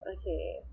Okay